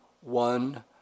one